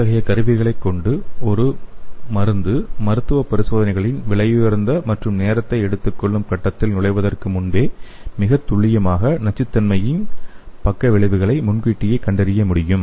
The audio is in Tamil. இத்தகைய கருவிகளை கொண்டு ஒரு மருந்து மருத்துவ பரிசோதனைகளின் விலையுயர்ந்த மற்றும் நேரத்தை எடுத்துக்கொள்ளும் கட்டத்திற்குள் நுழைவதற்கு முன்பே மிக துல்லியமாக நச்சுத்தன்மையின் பக்க விளைவுகளை முன்கூட்டியே கண்டறிய முடியும்